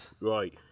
Right